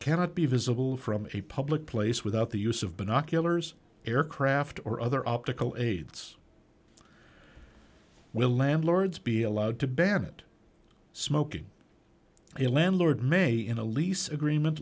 cannot be visible from a public place without the use of binoculars aircraft or other optical aids will landlords be allowed to ban it smoking elana lord may in a lease agreement